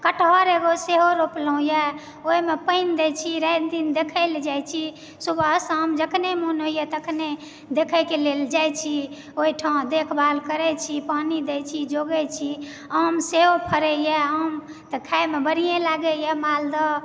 कटहर एगो सेहो रोपलौं येए ओइमे पानि दै छी राति दिन देखै ले जाइ छी सुबह शाम जखने मोन होइए तखने देखैके लेल जाइ छी ओइठाँ देखभाल करै छी पानी दै छी जोगै छी आम सेहो फड़ैए आम तऽ खाइमे बढ़िये लागैए मालदह